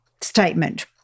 statement